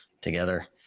together